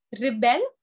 rebel